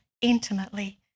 intimately